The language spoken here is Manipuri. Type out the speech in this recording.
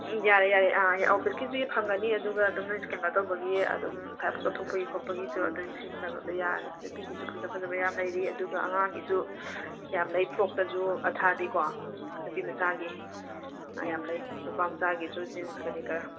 ꯎꯝ ꯌꯥꯔꯦ ꯌꯥꯔꯦ ꯑꯥ ꯑꯣꯐꯤꯁꯀꯤꯁꯤ ꯐꯪꯒꯅꯤ ꯑꯗꯨꯒ ꯑꯗꯨꯝ ꯅꯣꯏ ꯀꯩꯅꯣ ꯇꯧꯕꯒꯤ ꯑꯗꯨꯝ ꯑꯁꯥꯏꯐꯥꯎ ꯆꯠꯊꯣꯛꯄꯒꯤ ꯈꯣꯠꯄꯒꯤꯁꯨ ꯑꯗꯨ ꯁꯤꯖꯤꯟꯅꯕ ꯂꯣꯏ ꯌꯥꯔꯅꯤ ꯅꯨꯄꯤꯒꯤꯁꯨ ꯐꯖ ꯐꯖꯕ ꯌꯥꯝ ꯂꯩꯔꯤ ꯑꯗꯨꯒ ꯑꯉꯥꯡꯒꯤꯁꯨ ꯌꯥꯝ ꯂꯩ ꯐ꯭ꯔꯣꯒꯇꯁꯨ ꯑꯊꯥꯕꯤꯀꯣ ꯅꯨꯄꯤ ꯃꯆꯥꯒꯤ ꯑꯥ ꯌꯥꯝ ꯂꯩ ꯅꯨꯄꯥ ꯃꯆꯥꯒꯤꯁꯨ ꯖꯤꯟꯁ ꯀꯔꯤ ꯀꯔꯥ